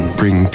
bring